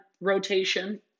rotation